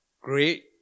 great